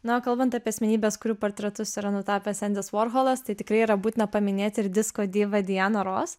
na o kalbant apie asmenybes kurių portretus yra nutapęs endis vorholas tai tikrai yra būtina paminėti ir disko diva diana ross